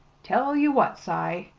tell ye what, cy,